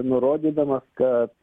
nurodydamas kad